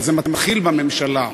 אבל זה מתחיל בממשלה.